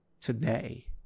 today